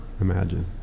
Imagine